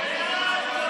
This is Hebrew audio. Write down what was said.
סעיף 1, כהצעת